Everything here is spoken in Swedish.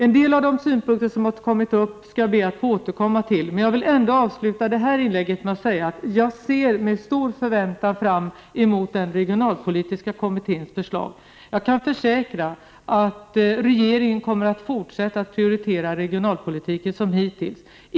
En del av de synpunkter som har kommit upp skall jag be att få återkomma till. Jag vill ändå avsluta det här inlägget med att säga att jag med stor förväntan ser fram mot den regionalpolitiska kommitténs förslag. Jag kan försäkra att regeringen kommer att fortsätta att prioritera regionalpolitiken som hittills.